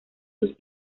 sus